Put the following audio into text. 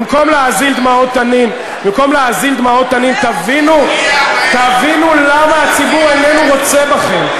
במקום להזיל דמעות תנין תבינו למה הציבור איננו רוצה בכם.